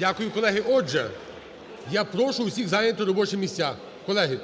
Дякую, колеги. Отже, я прошу всіх зайняти робочі місця, колеги,